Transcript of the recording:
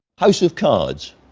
house of cards